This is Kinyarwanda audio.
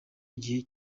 igihe